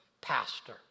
pastor